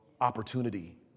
opportunity